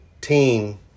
team